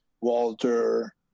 Walter